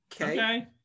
Okay